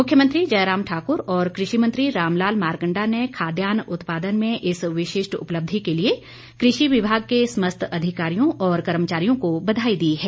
मुख्यमंत्री जयराम ठाक्र और कृषि मंत्री रामलाल मारकंडा ने खाद्यान्न उत्पादन में इस विशिष्ट उपलब्धि के लिए कृषि विभाग के समस्त अधिकारियों और कर्मचारियों को बधाई दी है